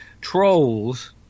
trolls